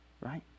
right